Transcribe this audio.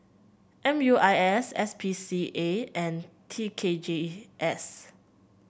M U I S S P C A and T K G S